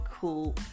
cool